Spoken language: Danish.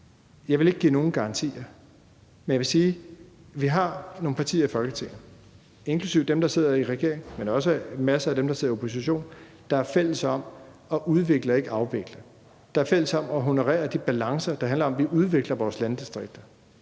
Jeg vil ikke give nogen garantier, men jeg vil sige, at vi har nogle partier i Folketinget, inklusive dem, der sidder i regering, men også masser af dem, der sidder i opposition, der er fælles om at udvikle og ikke afvikle, der er fælles om at honorere de balancer, der handler om, at vi udvikler vores landdistrikter,